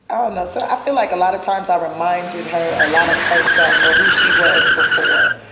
ah and so i feel like a lot of times i reminded her a lot of herself, or who she was before.